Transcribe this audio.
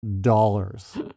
dollars